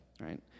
right